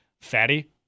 Fatty